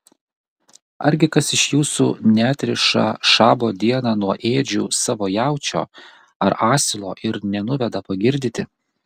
argi kas iš jūsų neatriša šabo dieną nuo ėdžių savo jaučio ar asilo ir nenuveda pagirdyti